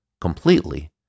completely